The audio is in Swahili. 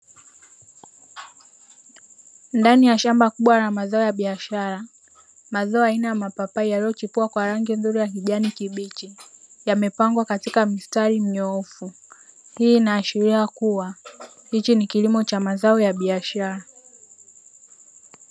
Ndani ya shamba kubwa la mazao ya biashara, mazao aina ya mapapai yaliyochipua kwa rangi nzuri ya kijani kibichi; yamepangwa katika mstari mnyoofu. Hii inaashiria kuwa hichi ni kilimo cha mazao ya biashara.